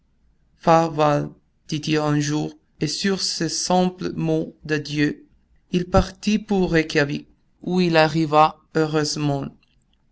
un jour et sur ce simple mot d'adieu il partit pour reykjawik où il arriva heureusement